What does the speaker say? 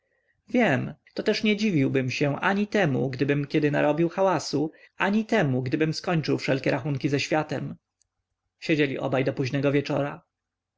wiem to też nie dziwiłbym się ani temu gdybym kiedy narobił hałasu ani temu gdybym skończył wszelkie rachunki ze światem siedzieli obaj do późnego wieczora